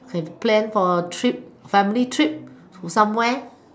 have plan for trip family trip to somewhere